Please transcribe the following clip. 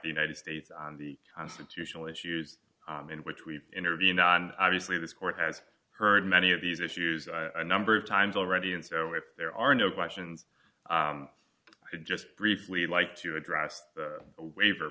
the united states on the constitutional issues in which we've intervened on obviously this court has heard many of these issues i number of times already and so if there are no questions i would just briefly like to address a waiver